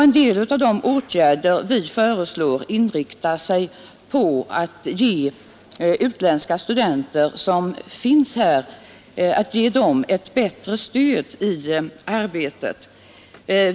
En del av de åtgärder som vi föreslår inriktar sig på att ge utländska studenter här i landet ett bättre stöd.